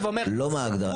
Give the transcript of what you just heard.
לא מה ההגדרה,